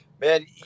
man